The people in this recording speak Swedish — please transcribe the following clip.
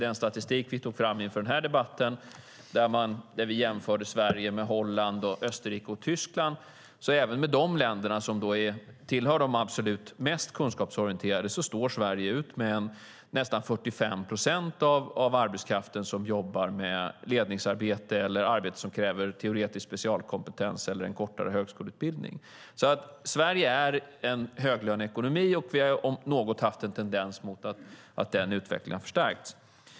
I den statistik vi tog fram inför den här debatten, där vi jämförde Sverige med Holland, Österrike och Tyskland, länder som tillhör de absolut mest kunskapsorienterade, sticker Sverige ut; nästan 45 procent av arbetskraften jobbar med ledningsarbete eller arbete som kräver teoretisk specialkompetens eller en kortare högskoleutbildning. Sverige är alltså en höglöneekonomi, och vi har om något haft en tendens mot att den utvecklingen förstärkts.